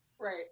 Right